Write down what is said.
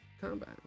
combat